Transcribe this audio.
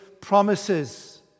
promises